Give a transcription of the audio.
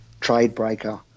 trade-breaker